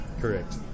Correct